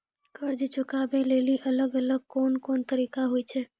कर्जा चुकाबै लेली अलग अलग कोन कोन तरिका होय छै?